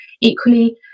Equally